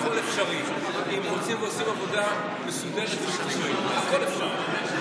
אם רוצים ועושים עבודה מסודרת, הכול אפשרי.